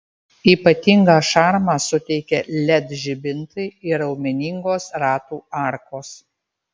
ypatingą šarmą suteikia led žibintai ir raumeningos ratų arkos